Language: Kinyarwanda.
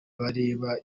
bareba